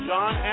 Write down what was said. John